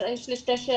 אז יש לי שתי שאלות,